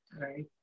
Right